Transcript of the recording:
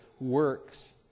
works